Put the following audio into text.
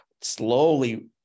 slowly